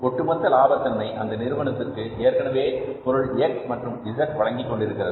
ஒட்டுமொத்த லாப தன்மை அந்த நிறுவனத்திற்கு ஏற்கனவே பொருள் X மற்றும் Z வழங்கிக் கொண்டிருக்கிறது